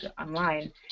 online